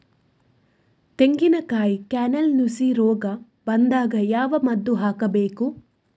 ತೆಂಗಿನ ಕಾಯಿ ಕಾರ್ನೆಲ್ಗೆ ನುಸಿ ರೋಗ ಬಂದಾಗ ಯಾವ ಮದ್ದು ಹಾಕಬೇಕು?